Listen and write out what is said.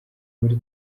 muri